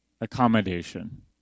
accommodation